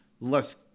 less